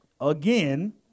Again